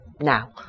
now